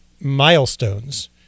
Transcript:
milestones